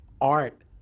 art